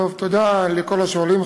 תודה לכל השואלים.